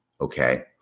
Okay